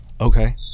Okay